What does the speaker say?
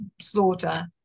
slaughter